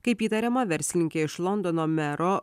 kaip įtariama verslininkė iš londono mero